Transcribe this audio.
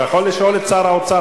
אתה יכול לשאול את שר האוצר,